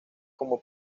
como